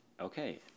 Okay